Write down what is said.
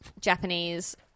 Japanese